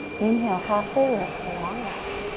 inhale, halfway lift, long neck.